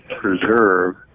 preserve